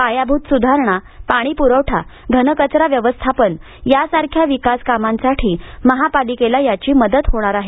पायाभूत सुधारणा पाणीपुरवठा घनकचरा व्यवस्थापन यासारख्या विकासकामांसाठी महापालिकेला याची मदत होणार आहे